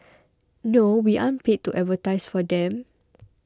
no we aren't paid to advertise for them